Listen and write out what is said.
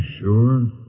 sure